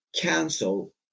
cancel